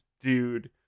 dude